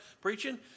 preaching